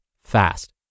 fast